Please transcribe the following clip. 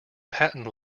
patent